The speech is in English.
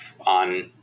on